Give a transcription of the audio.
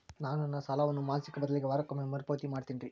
ನಾನು ನನ್ನ ಸಾಲವನ್ನು ಮಾಸಿಕ ಬದಲಿಗೆ ವಾರಕ್ಕೊಮ್ಮೆ ಮರುಪಾವತಿ ಮಾಡ್ತಿನ್ರಿ